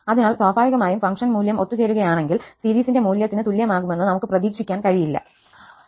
അതിനാൽ സ്വാഭാവികമായും ഫംഗ്ഷൻ മൂല്യം ഒത്തുചേരുകയാണെങ്കിൽ സീരീസിന്റെ മൂല്യത്തിന് തുല്യമാകുമെന്ന് നമുക് പ്രതീക്ഷിക്കാൻ കഴിയില്ല